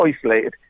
isolated